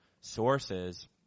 sources